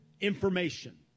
information